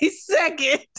Second